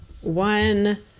one